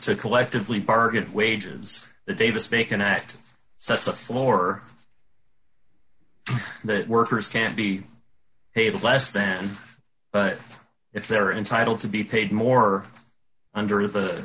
to collectively bargain wages the davis bacon act sets a floor that workers can be paid less than but if they're entitled to be paid more under the